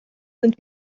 sind